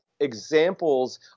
examples